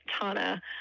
Tana